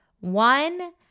One